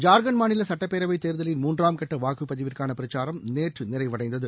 ஜார்கண்ட் மாநில சட்டப்பேரவை தேர்தலின் மூன்றாம் கட்ட வாக்குப்பதிவுக்கான பிரச்சாரம் நேற்று நிறைவடைந்தது